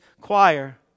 choir